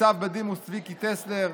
ניצב בדימוס צביקי טסלר,